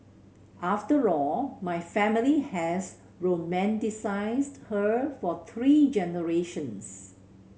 after all my family has romanticised her for three generations